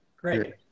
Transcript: great